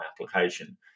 application